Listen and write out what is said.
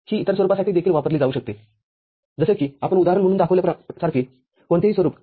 ही इतर स्वरूपासाठी देखील वापरली जाऊ शकते जसे की आपण उदाहरण म्हणून दाखविल्यासारखे कोणतेही स्वरूप